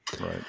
Right